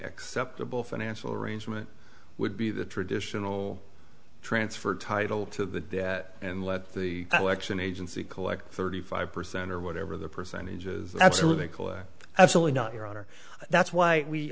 acceptable financial arrangement would be the traditional transfer title to and let the election agency collect thirty five percent or whatever the percentage is absolutely absolutely not your honor that's why we